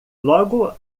logo